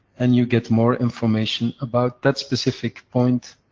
and you get more information about that specific point,